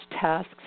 tasks